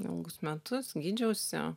ilgus metus gydžiausi